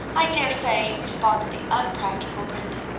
i dare say, responded the unpractical brenda,